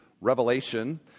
Revelation